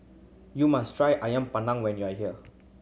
you must try ayam when you are here